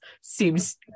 seems